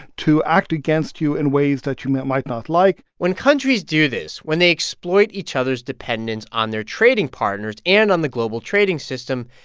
to act against you in ways that you might might not like when countries do this when they exploit each other's dependence on their trading partners and on the global trading system,